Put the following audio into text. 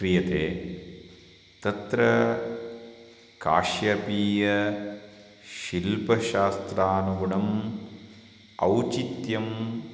क्रियते तत्र काश्यपीय शिल्पशास्त्रानुगुणम् औचित्यम्